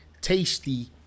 tasty